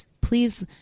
please